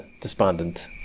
despondent